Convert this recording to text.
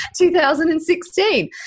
2016